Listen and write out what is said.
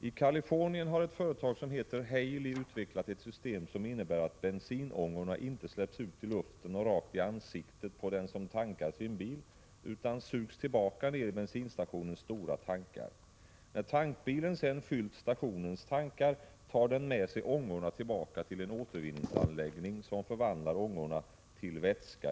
I Karlifornien har ett företag som heter Heily utvecklat ett system som innebär att bensinångorna inte släpps ut i luften och rakt i ansiktet på den som tankar sin bil utan sugs tillbaka ner i bensinstationens stora tankar. När tankbilen fyllt stationens tankar tar den med sig ångorna tillbaka till en återvinningsanläggning som, enkelt uttryckt, förvandlar ångorna till vätska.